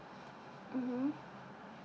mmhmm